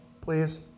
please